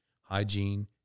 hygiene